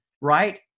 Right